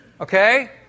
Okay